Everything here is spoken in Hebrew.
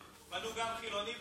בנו חילוני,